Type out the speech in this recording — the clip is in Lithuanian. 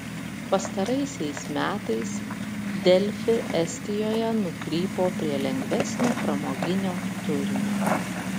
pastaraisiais metais delfi estijoje nukrypo prie lengvesnio pramoginio turinio